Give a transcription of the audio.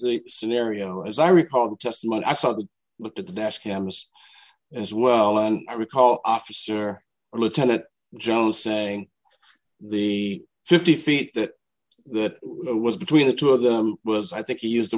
the scenario as i recall just might i saw that looked at the dash cams as well and i recall officer lieutenant joe saying the fifty feet that that was between the two of them was i think he used the